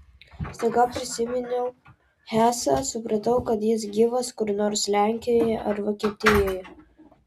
staiga prisiminiau hesą supratau kad jis gyvas kur nors lenkijoje ar vokietijoje